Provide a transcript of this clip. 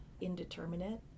indeterminate